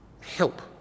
help